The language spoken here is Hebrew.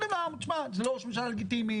אומרים לעם זה לא ראש ממשלה לגיטימי.